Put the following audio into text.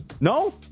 No